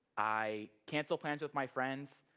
i cancel plans with my friends.